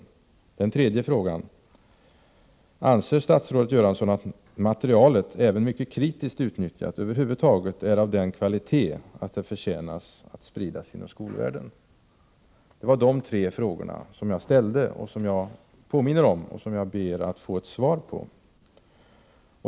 Och den tredje frågan är: Anser statsrådet Göransson att materialet, även mycket kritiskt utnyttjat, över huvud taget är av sådan kvalitet att det förtjänar att spridas inom skolvärlden? Detta var alltså de tre frågor jag ställde och som jag nu påminner om och ber att få ett svar på.